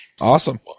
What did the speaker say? Awesome